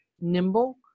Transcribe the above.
nimble